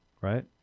right